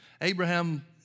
Abraham